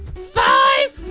five,